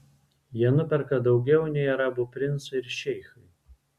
jie nuperka daugiau nei arabų princai ir šeichai